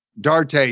Darte